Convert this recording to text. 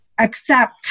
accept